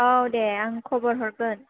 औ दे आं खबर हरगोन